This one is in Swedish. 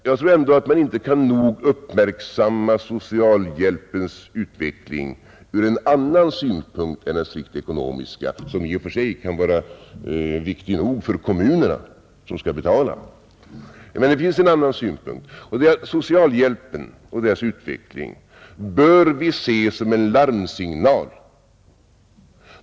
Jag tror ändå att man inte nog kan uppmärksamma socialhjälpens utveckling ur en annan synvinkel än den strikt ekonomiska — som i och för sig kan vara viktig nog för kommunerna, som skall betala — nämligen att vi bör se socialhjälpen och dess utveckling som en larmsignal.